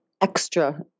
extra